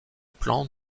plans